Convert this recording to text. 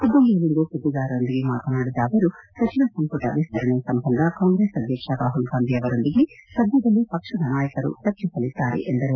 ಹುಬ್ಬಳ್ಳಯಲ್ಲಿಂದು ಸುದ್ದಿಗಾರರೊಂದಿಗೆ ಮಾತನಾಡಿದ ಅವರು ಸಚಿವ ಸಂಪುಟ ವಿಶ್ತರಣೆ ಸಂಬಂಧ ಕಾಂಗ್ರೆಸ್ ಅಧ್ಯಕ್ಷ ರಾಹುಲ್ ಗಾಂಧಿ ಅವರೊಂದಿಗೆ ಸದ್ದದಲ್ಲಿ ಪಕ್ಷದ ನಾಯಕರು ಚರ್ಚಿಸಲಿದ್ದಾರೆ ಎಂದರು